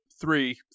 three